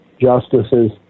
justices